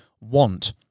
want